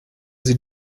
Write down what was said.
sie